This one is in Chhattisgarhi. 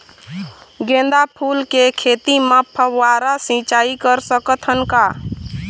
गेंदा फूल के खेती म फव्वारा सिचाई कर सकत हन का?